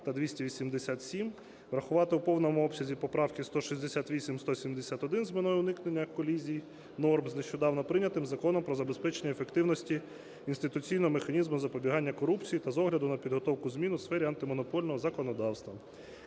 та 287, врахувати у повному обсязі поправки 168, 171 з метою уникнення колізій норм з нещодавно прийнятим Законом про забезпечення ефективності інституційного механізму запобігання корупції та з огляду на підготовку змін у сфері антимонопольного законодавства.